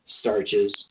starches